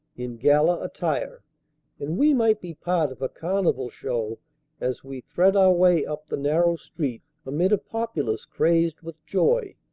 in gala attire and we might be part of a carnival show as we thread our way up the narrow street amid a populace crazed with joy.